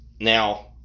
now